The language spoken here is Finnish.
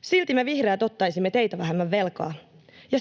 silti me vihreät ottaisimme teitä vähemmän velkaa ja